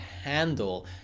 handle